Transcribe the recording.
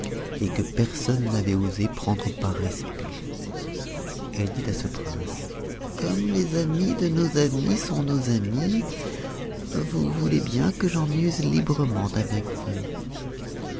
et que personne n'avait osé prendre par respect elle dit à ce prince comme les amis de nos amis sont nos amis vous voulez bien que j'en use librement avec vous